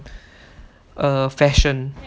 err fashion